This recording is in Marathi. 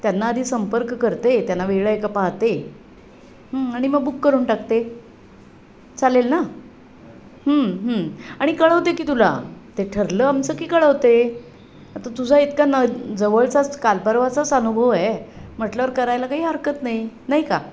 त्यांना आधी संपर्क करते त्यांना वेळ आहे का पाहते आणि मग बुक करून टाकते चालेल ना हं हं आणि कळवते की तुला ते ठरलं आमचं की कळवते आता तुझा इतका न जवळचाच कालपरवाचाच अनुभव आहे म्हटल्यावर करायला काही हरकत नाही नाही का